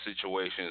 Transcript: situations